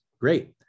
Great